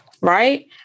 Right